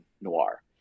noir